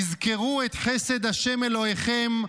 תזכרו את חסד השם אלוהיכם,